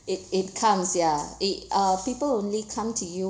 it it comes ya they uh people only come to you